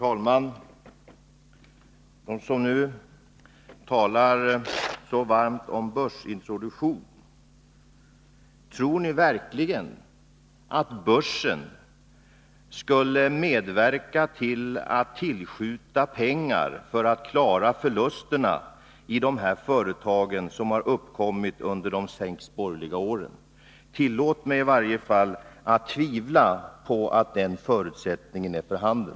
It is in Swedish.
Herr talman! Tror verkligen alla ni som så varmt talar för en börsintroduktion att börsen skulle medverka till att pengar tillskjuts för att man skall kunna klara de förluster som uppkommit under de sex borgerliga åren i de aktuella företagen? I varje fall betvivlar jag att den förutsättningen är för handen.